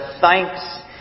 thanks